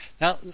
Now